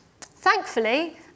Thankfully